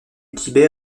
tibet